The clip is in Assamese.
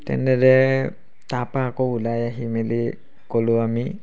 তেনেদৰে তাপা আকৌ ওলাই আহি মেলি গলোঁ আমি